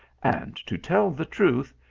and to tell the truth,